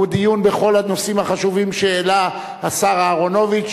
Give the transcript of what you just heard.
ודיון בכל הנושאים החשובים שהעלה השר אהרונוביץ,